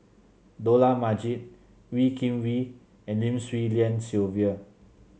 Dollah Majid Wee Kim Wee and Lim Swee Lian Sylvia